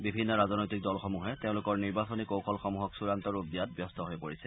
বিভিন্ন ৰাজনৈতিক দলসমূহে তেওঁলোকৰ নিৰ্বাচনী কৌশলসমূহক চূড়ান্ত ৰূপ দিয়াত ব্যস্ত হৈ পৰিছে